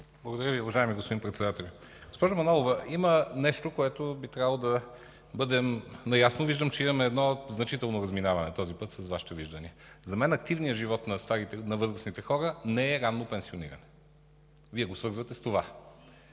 Благодаря Ви, уважаеми господин Председателю. Госпожо Манолова, има нещо, с което би трябвало да бъдем наясно. Виждам, този път, че имаме значително разминаване с Вашите виждания. За мен активният живот на възрастните хора не е ранно пенсиониране. Вие го свързвате с това.